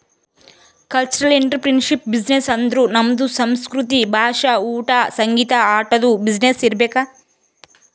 cultural entrepreneurship business ಅಂದುರ್ ನಮ್ದು ಸಂಸ್ಕೃತಿ, ಭಾಷಾ, ಊಟಾ, ಸಂಗೀತ, ಆಟದು ಬಿಸಿನ್ನೆಸ್ ಇರ್ಬೇಕ್